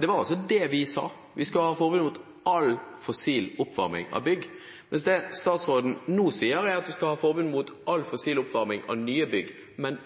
Det var altså det vi sa: Vi skal ha forbud mot all fossil oppvarming av bygg. Hvis det statsråden nå sier er at vi skal ha forbud mot all fossil oppvarming av nye bygg, men